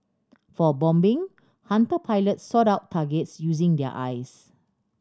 for bombing Hunter pilots sought out targets using their eyes